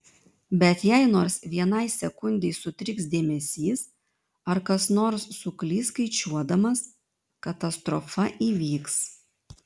bet jei nors vienai sekundei sutriks dėmesys ar kas nors suklys skaičiuodamas katastrofa įvyks